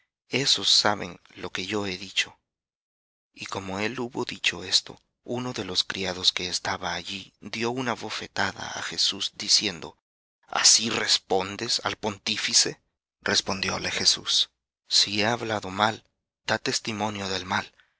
ésos saben lo que yo he dicho y como él hubo dicho esto uno de los criados que estaba allí dió una bofetada á jesús diciendo así respondes al pontífice respondióle jesús si he hablado mal da testimonio del mal